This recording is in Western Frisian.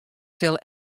sil